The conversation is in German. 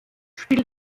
spielt